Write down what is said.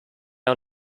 are